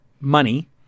money